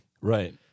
right